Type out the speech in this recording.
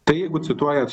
tai jeigu cituojat